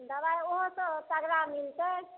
दवाइ ओहोसँ तगड़ा मिलतै